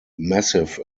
massive